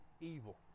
evil